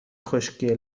خشکی